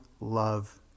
love